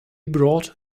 brought